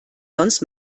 sonst